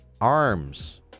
Arms